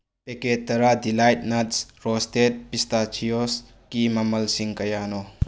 packet ꯇꯔꯥ delight nuts roasted ꯄꯤꯁꯇꯥꯆꯤꯌꯣꯁꯀꯤ ꯃꯃꯜꯁꯤꯡ ꯀꯌꯥꯅꯣ